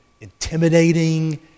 intimidating